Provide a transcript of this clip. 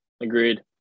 Agreed